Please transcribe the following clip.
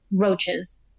roaches